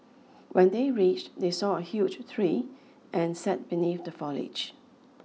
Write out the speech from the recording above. when they reached they saw a huge tree and sat beneath the foliage